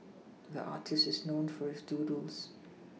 the artist is known for his doodles